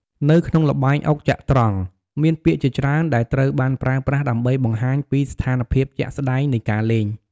នៅក្នុងល្បែងអុកចត្រង្គ មានពាក្យជាច្រើនដែលត្រូវបានប្រើប្រាស់ដើម្បីបង្ហាញពីស្ថានភាពជាក់ស្តែងនៃការលេង។